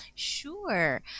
Sure